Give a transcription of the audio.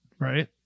Right